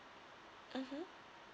mmhmm